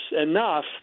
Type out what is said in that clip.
enough